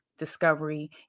discovery